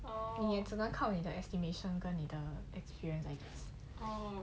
一年只能靠你的 estimation 跟你的直觉